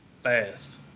fast